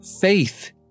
faith